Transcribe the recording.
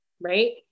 right